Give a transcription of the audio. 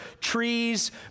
trees